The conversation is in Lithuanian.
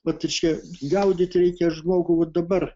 vat ir čia gaudyt reikia žmogų vat dabar